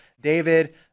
David